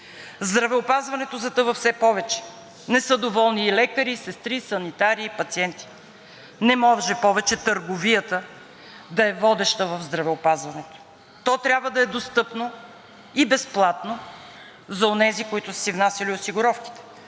Здравеопазването затъва все повече. Не са доволни лекари, сестри, санитари и пациенти. Не може повече търговията да е водеща в здравеопазването. То трябва да е достъпно и безплатно за онези, които са си внасяли осигуровките,